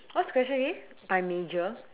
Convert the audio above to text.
what's the question again my major